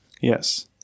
Yes